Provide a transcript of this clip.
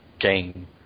game